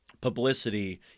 publicity